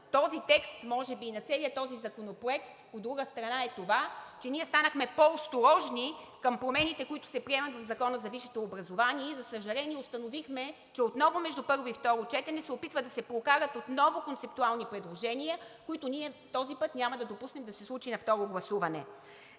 този текст, може би и на целия този законопроект, от друга страна, е това, че ние станахме по-осторожни към промените, които се приемат в Закона за висшето образование, и за съжаление, установихме, че отново между първо и второ четене се опитва да се прокарат отново концептуални предложения, които този път няма да допуснем да се случат на второ гласуване.